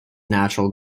natural